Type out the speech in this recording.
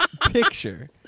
picture